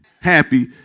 happy